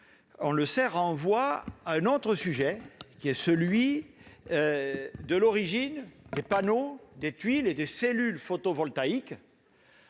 question renvoie à un autre sujet, celui de l'origine des panneaux, des tuiles et des cellules photovoltaïques